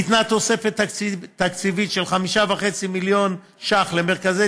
ניתנה תוספת תקציבית של 5.5 מיליון ש"ח למרכזי